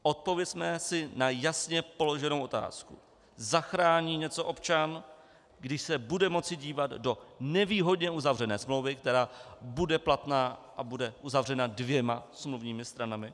Odpovězme si na jasně položenou otázku: Zachrání něco občan, když se bude moci dívat do nevýhodně uzavřené smlouvy, která bude platná a bude uzavřena dvěma smluvními stranami?